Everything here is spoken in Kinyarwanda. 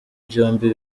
byombi